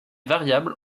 variable